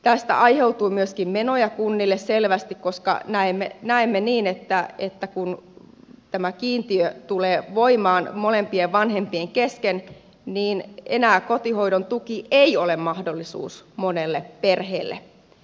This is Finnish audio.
tästä aiheutuu myöskin menoja kunnille selvästi koska näemme niin että kun tämä kiintiö tulee voimaan molempien vanhempien kesken niin enää kotihoidon tuki ei ole mahdollisuus monelle perheelle